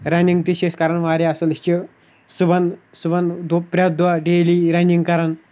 running تہِ چھِ أسۍ کَران واریاہ اَصٕل أسۍ چھِ صُبَحن صُبَحن دۄ پرٮ۪تھ دۄہ ڈیلی رَنِنٛگ کَران